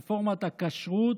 רפורמת הכשרות,